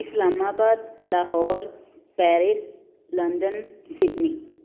Islamabad Lahore Paris London Sydney